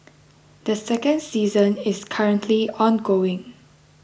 the second season is currently ongoing